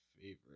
favorite